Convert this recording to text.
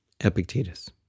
Epictetus